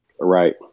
Right